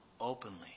openly